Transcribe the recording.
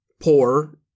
poor